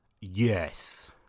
Yes